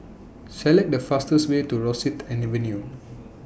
Select The fastest Way to Rosyth Avenue